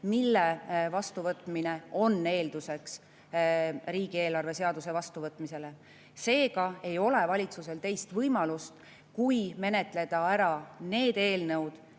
mille vastuvõtmine on eelduseks riigieelarve seaduse vastuvõtmisele. Seega ei ole valitsusel teist võimalust, kui menetleda ära need eelnõud,